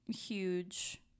huge